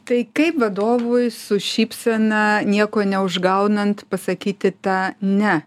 tai kaip vadovui su šypsena nieko neužgaunant pasakyti tą ne